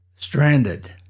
Stranded